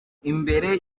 imbere